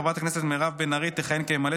חברת הכנסת מירב בן ארי תכהן כממלאת